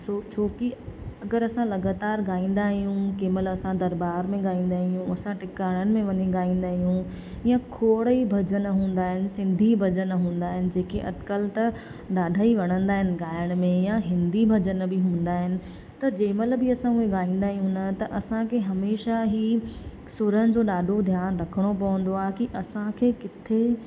सो छो की अगरि असां लॻातारि ॻाईंदा आहियूं कंहिंमहिल असां दरबार में ॻाईंदा आहियूं असां टिकाणनि में वञी ॻाईंदा आयूं या खोर ई भॼन हूंदा आइन सिंधी भॼन हूंदा आहिनि जेकी अॼुकल्ह त ॾाढा ई वणंदा आहिनि ॻाइण में या हिंदी भॼन बि हूंदा आहिनि त जंहिंमहिल बि असां उहे ॻाईंदा आहियूं न त असांखे हमेशह सुरनि जो ॾाढो ध्यानु रखिणो पवंदो आहे की असांखे किथे